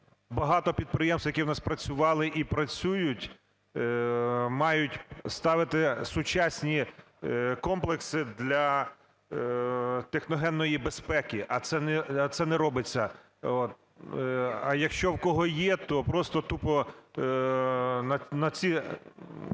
Багато підприємств, які в нас працювали і працюють, мають ставити сучасні комплекси для техногенної безпеки, а це не робиться от. А якщо в кого є, то просто тупо на ці,